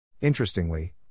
Interestingly